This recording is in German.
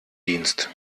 dienst